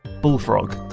bullfrog,